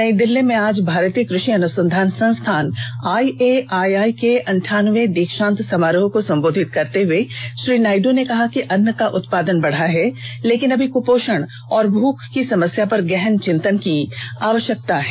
नई दिल्ली में आज भारतीय कृषि अनुसंधान संस्थान आईएआइआई के अंठावनवें दीक्षांत समारोह को संबोधित करते हुए श्री नायड् ने कहा कि अन्न का उत्पादन बढ़ा है लेकिन अभी कपोषण और भूख की समस्या पर गहन चिंतन की आवश्यकता है